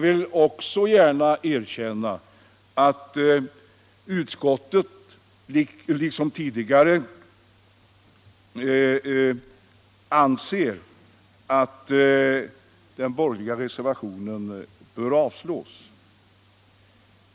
Utskottet anser liksom tidigare att den borgerliga reservationen bör avslås.